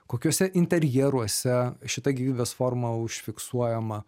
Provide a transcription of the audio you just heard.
kokiuose interjeruose šita gyvybės forma užfiksuojama